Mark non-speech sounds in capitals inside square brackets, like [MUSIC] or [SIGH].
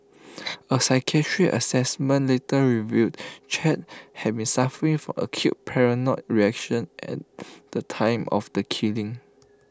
[NOISE] A psychiatric Assessment later revealed char had been suffering for acute paranoid reaction at the time of the killing